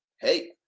hey